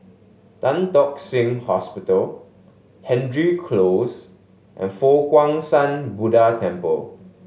Tan Tock Seng Hospital Hendry Close and Fo Guang Shan Buddha Temple